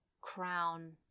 crown